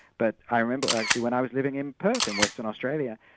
but i remember actually when i was living in perth in western australia,